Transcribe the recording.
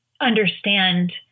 understand